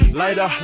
lighter